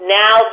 now